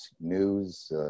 news